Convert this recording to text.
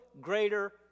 greater